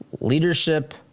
leadership